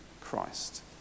Christ